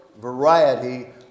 variety